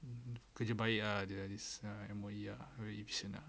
mmhmm kerja bayar jer uh this M_O_E ah very efficient ah